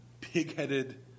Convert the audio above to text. pigheaded